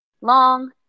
long